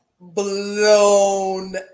Blown